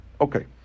Okay